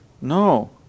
No